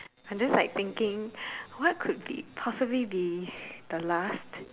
I'm just like thinking what could be possibly be the last